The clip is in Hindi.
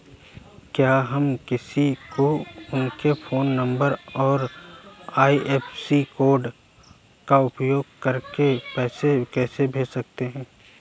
क्या हम किसी को उनके फोन नंबर और आई.एफ.एस.सी कोड का उपयोग करके पैसे कैसे भेज सकते हैं?